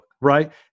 right